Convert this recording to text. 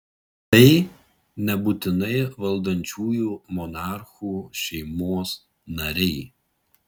tai nebūtinai valdančiųjų monarchų šeimos nariai